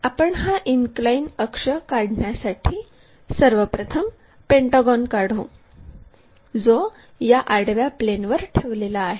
तर आपण हा इनक्लाइन अक्ष काढण्यासाठी सर्वप्रथम पेंटागॉन काढू जो या आडव्या प्लेनवर ठेवलेला आहे